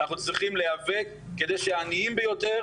אנחנו צריכים להיאבק כדי שהעניים ביותר,